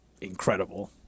incredible